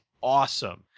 awesome